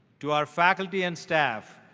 to our faculty and staff,